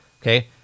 okay